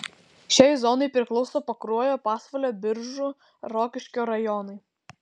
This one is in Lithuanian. šiai zonai priklauso pakruojo pasvalio biržų rokiškio rajonai